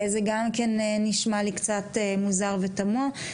זה גם כן נשמע לי קצת מוזר ותמוהה.